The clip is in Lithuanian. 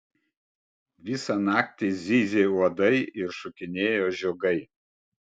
visą naktį zyzė uodai ir šokinėjo žiogai